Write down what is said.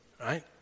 Right